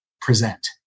present